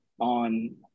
on